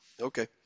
Okay